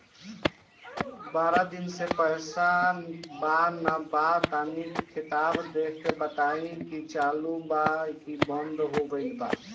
बारा दिन से पैसा बा न आबा ता तनी ख्ताबा देख के बताई की चालु बा की बंद हों गेल बा?